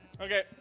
Okay